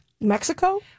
Mexico